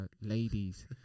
ladies